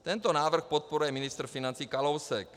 Tento návrh podporuje ministr financí Kalousek.